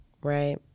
right